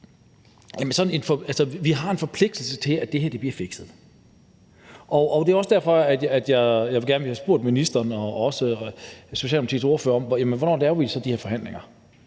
Vi har en forpligtelse til, at det her bliver fixet. Det er også derfor, at jeg gerne ville have spurgt ministeren og også Socialdemokratiets ordfører om, hvornår vi så laver de her forhandlinger.